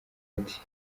ati